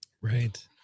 Right